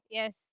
yes